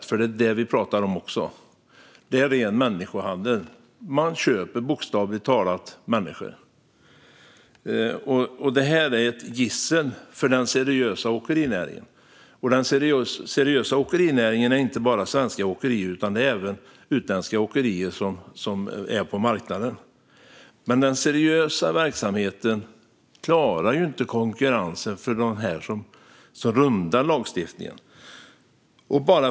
Det är nämligen också det vi pratar om: Det är ren människohandel. Man köper bokstavligt talat människor. Detta är ett gissel för den seriösa åkerinäringen. Den seriösa åkerinäringen är inte bara svenska åkerier utan även utländska åkerier som finns på marknaden. Men den seriösa verksamheten klarar inte konkurrensen från dem som rundar lagstiftningen.